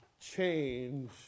change